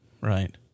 Right